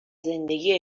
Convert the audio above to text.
زندگی